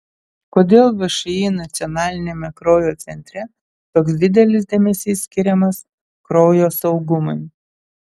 kodėl všį nacionaliniame kraujo centre toks didelis dėmesys skiriamas kraujo saugumui